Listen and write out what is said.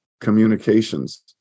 communications